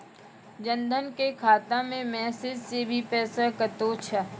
जन धन के खाता मैं मैसेज के भी पैसा कतो छ?